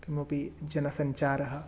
किमपि जनसञ्चारः